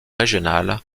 régionales